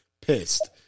Pissed